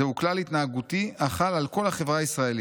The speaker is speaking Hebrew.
זהו כלל התנהגותי החל על כל החברה הישראלית.